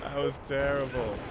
um those terrible